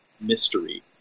mystery